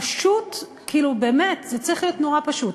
פשוט, כאילו, באמת, זה צריך להיות נורא פשוט.